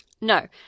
No